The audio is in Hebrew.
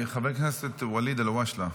חבר הכנסת ואליד אלהואשלה.